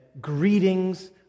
greetings